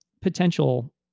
potential